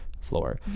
floor